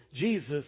Jesus